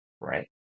right